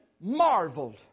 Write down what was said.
marveled